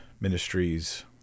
Ministries